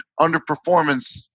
underperformance